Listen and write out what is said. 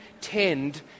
tend